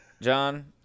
John